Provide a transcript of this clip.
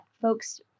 folks